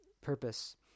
purpose